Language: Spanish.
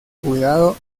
cuidado